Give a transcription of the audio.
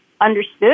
understood